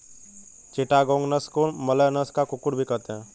चिटागोंग नस्ल को मलय नस्ल का कुक्कुट भी कहते हैं